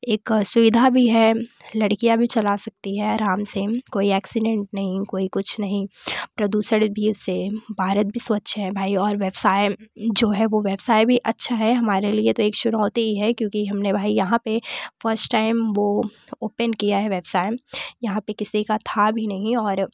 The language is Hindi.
एक सुविधा भी है लड़कियाँ भी चला सकती हैं अराम से कोई एक्सिडेंट नहीं कोई कुछ नहीं प्रदूषण भी उससे भारत भी स्वच्छ है भाई और व्यवसाय जो है वह व्यवसाय अच्छा है हमारे लिए तो एक शुभ बहुत ही है क्योंकि हमने भाई यहाँ पर फर्स्ट टाइम वह ऑपेन किया है व्यवसाय यहाँ पर किसी का था भी नहीं और